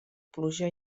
pluja